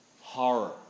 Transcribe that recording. horror